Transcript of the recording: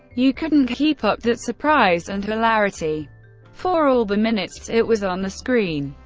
you couldn't keep up that surprise and hilarity for all the minutes it was on the screen.